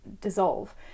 dissolve